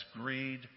greed